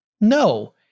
No